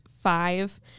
five